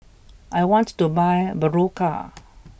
I want to buy Berocca